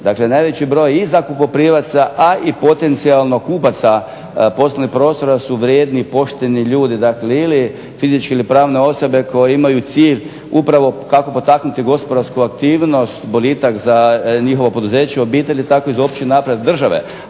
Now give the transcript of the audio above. poruku, najveći broj i zakupoprimaca a i potencijalnog kupaca poslovnih prostora su vrijedni, pošteni ljudi ili fizičke ili pravne osobe koje imaju cilj upravo kako potaknuti gospodarsku aktivnost, boljitak za poduzeće, njihove obitelji tako i za opći … države,